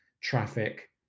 traffic